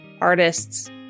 artists